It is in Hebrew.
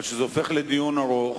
אבל כשזה הופך לדיון ארוך